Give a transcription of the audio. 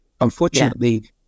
unfortunately